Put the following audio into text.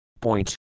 Point